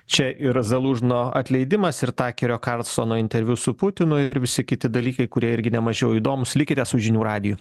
čia ir zalužno atleidimas ir takerio karlsono interviu su putinu ir visi kiti dalykai kurie irgi nemažiau įdomūs likite su žinių radiju